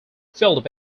filled